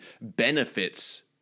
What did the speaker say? benefits